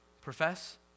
profess